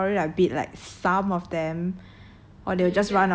cause in the first place I don't have to win and I preferably like beat like